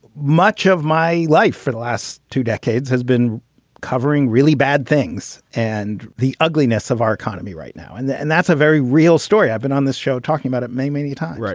much of my life for the last two decades has been covering really bad things and the ugliness of our economy right now. and and that's a very real story. i've been on this show talking about it many, many times. right.